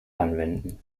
anwenden